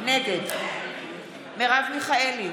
נגד מרב מיכאלי,